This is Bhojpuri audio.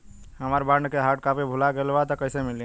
हमार बॉन्ड के हार्ड कॉपी भुला गएलबा त कैसे मिली?